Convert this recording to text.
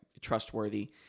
trustworthy